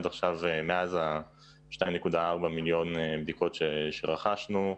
מאז ה-2.4 מיליון בדיקות שרכשנו,